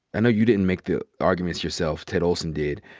know you didn't make the arguments yourself, ted olson did.